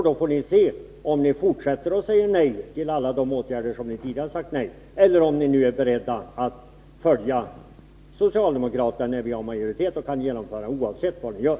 Då får vi se om ni fortsätter att säga nej till alla de åtgärder som ni tidigare har sagt nej till— eller om ni är beredda att följa socialdemokraterna när vi har majoritet och kan genomföra åtgärderna oavsett vad ni gör.